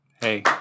Hey